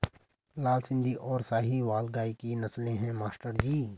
लाल सिंधी और साहिवाल गाय की नस्लें हैं मास्टर जी